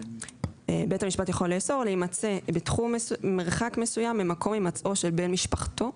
"בית המשפט יכול לאסור להימצא במרחק מסוים ממקום הימצאו של בן משפחתו",